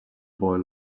boy